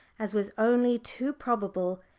as was only too probable,